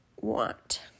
want